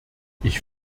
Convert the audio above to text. ich